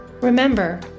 Remember